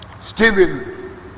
Stephen